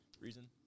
reason